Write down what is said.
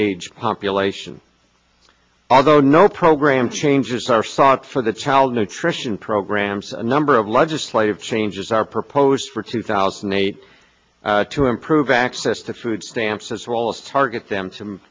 age population although no program changes are sought for the child nutrition programs a number of legislative changes are proposed for two thousand and eight to improve access to food stamps as well as target them